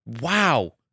wow